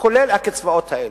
כולל הקצבאות האלה.